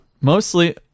mostly